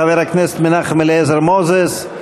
חבר הכנסת מנחם אליעזר מוזס,